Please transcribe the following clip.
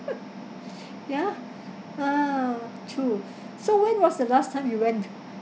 yeah ah true so when was the last time you went